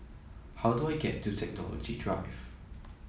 how do I get to Technology Drive